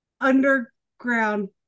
underground